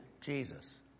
Jesus